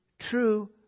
true